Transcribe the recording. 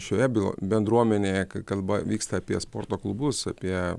šioje byloj bendruomenėje kai kalba vyksta apie sporto klubus apie